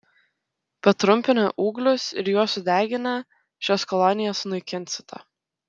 patrumpinę ūglius ir juos sudeginę šias kolonijas sunaikinsite